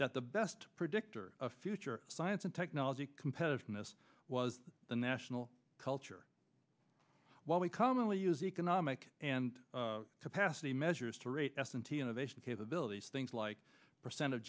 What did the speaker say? that the best predictor of future science and technology competitiveness was the national culture while we commonly use economic and capacity measures to rate s and t innovation capabilities things like percent of